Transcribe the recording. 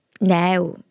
now